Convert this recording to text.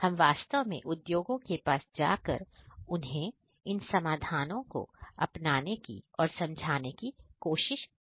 हम वास्तव में उद्योगों के पास जाकर उन्हें इन समाधानओं को अपनाने की और समझाने की कोशिश नहीं करते हैं